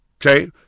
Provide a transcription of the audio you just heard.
Okay